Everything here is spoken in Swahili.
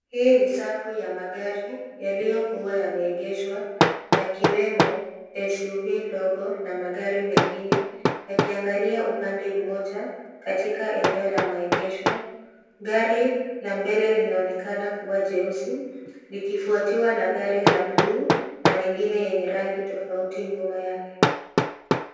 Hii ni safu ya magari yalio kuwa yame egeshwa yakiwemo SUV ndogo na magari mengine yaki angalia upande mmoja katika eneo la maegesho. Gari la mbele lina onekana kuwa jeusi liki fuatiwa na gari la bluu na mengine lenye rangi tofauti nyuma yake.